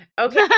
Okay